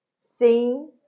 sing